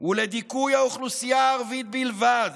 ולדיכוי האוכלוסייה הערבית בלבד.